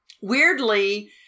Weirdly